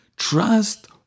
Trust